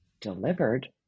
delivered